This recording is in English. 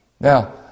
Now